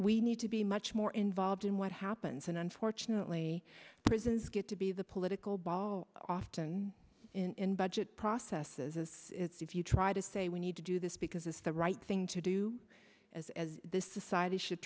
we need to be much more involved in what happens and unfortunately prisons get to be the political ball often in budget processes is if you try to say we need to do this because it's the right thing to do as as this society should